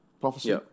prophecy